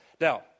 Now